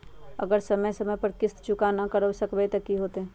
अगर हम समय पर किस्त भुकतान न कर सकवै त की होतै?